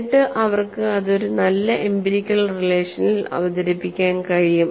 എന്നിട്ട് അവർക്ക് അത് ഒരു നല്ല എംപിരിക്കൽ റിലേഷനിൽ അവതരിപ്പിക്കാൻ കഴിയും